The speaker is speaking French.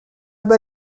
bas